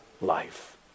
life